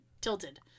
tilted